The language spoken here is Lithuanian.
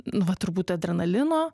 nu va turbūt adrenalino